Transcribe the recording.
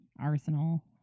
arsenal